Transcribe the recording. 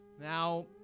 Now